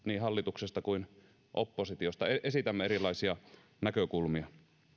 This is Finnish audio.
hallituksesta kuin oppositiosta esitämme erilaisia näkökulmia